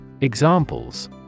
Examples